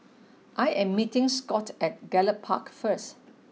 I am meeting Scot at Gallop Park first